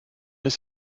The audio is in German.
ist